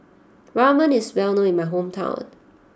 Ramen is well known in my hometown